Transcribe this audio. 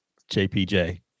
JPJ